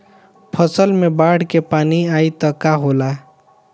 फसल मे बाढ़ के पानी आई त का होला?